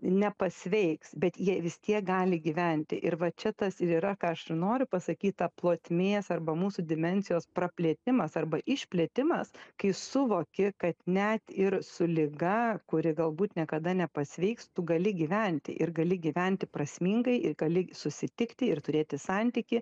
nepasveiks bet jie vis tiek gali gyventi ir va čia tas ir yra ką aš ir noriu pasakyt ta plotmės arba mūsų dimensijos praplėtimas arba išplėtimas kai suvoki kad net ir su liga kuri galbūt niekada nepasveiks tu gali gyventi ir gali gyventi prasmingai ir gali susitikti ir turėti santykį